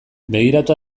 begiratu